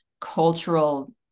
cultural